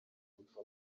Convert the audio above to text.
muvuga